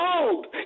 old